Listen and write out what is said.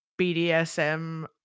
BDSM